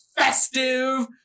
festive